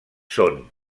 són